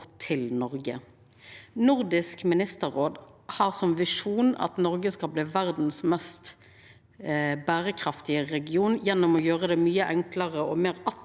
Nordisk ministerråd har som visjon at Norden skal bli verdas mest berekraftige region gjennom å gjera det mykje enklare og meir